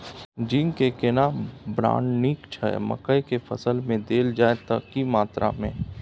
Zinc के केना brand नीक छैय मकई के फसल में देल जाए त की मात्रा में?